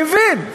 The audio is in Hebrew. אני מבין.